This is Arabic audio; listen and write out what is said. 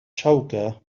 شوكة